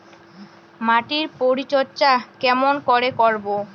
মাটির পরিচর্যা কেমন করে করব?